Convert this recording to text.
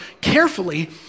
carefully